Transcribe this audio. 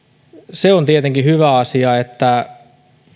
se on tietenkin hyvä asia että